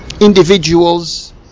individuals